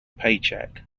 paycheck